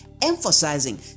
emphasizing